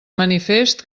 manifest